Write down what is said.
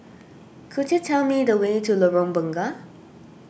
could you tell me the way to Lorong Bunga